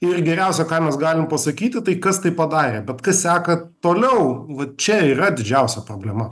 ir geriausia ką mes galim pasakyti tai kas tai padarė bet kas seka toliau vat čia yra didžiausia problema